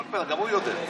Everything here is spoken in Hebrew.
גם הוא יודע.